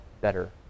better